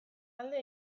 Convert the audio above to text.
alde